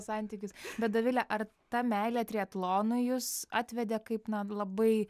santykius bet dovile ar ta meilė triatlonui jus atvedė kaip na labai